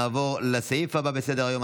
נעבור לסעיף הבא בסדר-היום,